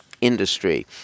industry